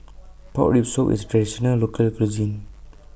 Pork Rib Soup IS Traditional Local Cuisine